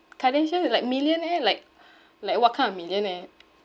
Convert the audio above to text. kardashian is like millionaire like like what kind of millionaire